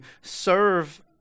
serve